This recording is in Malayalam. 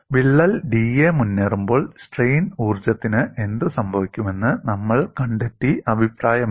വിള്ളൽ 'da' മുന്നേറുമ്പോൾ സ്ട്രെയിൻ ഊർജ്ജത്തിന് എന്ത് സംഭവിക്കുമെന്ന് നമ്മൾ കണ്ടെത്തി അഭിപ്രായമിടും